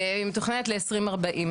היא מתוכננת ל-2040,